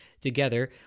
together